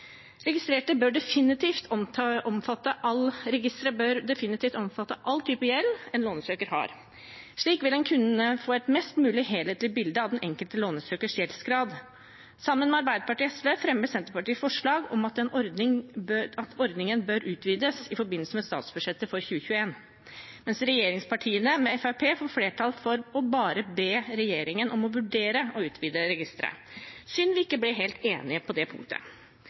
Registeret bør definitivt omfatte all type gjeld en lånsøker har. Slik vil en kunne få et mest mulig helhetlig bilde av den enkelte lånsøkers gjeldsgrad. Sammen med Arbeiderpartiet og SV fremmer Senterpartiet forslag om at ordningen bør utvides i forbindelse med statsbudsjettet for 2021, mens regjeringspartiene sammen med Fremskrittspartiet får flertall for bare å be regjeringen om å vurdere å utvide registeret. Det var synd at vi ikke ble helt enige på det punktet.